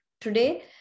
Today